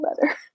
better